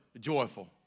joyful